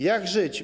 Jak żyć?